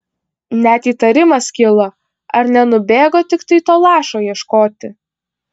net įtarimas kilo ar nenubėgo tiktai to lašo ieškoti